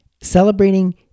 Celebrating